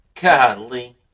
Golly